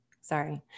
Sorry